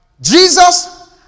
Jesus